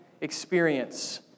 experience